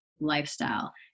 lifestyle